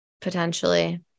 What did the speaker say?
potentially